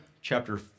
chapter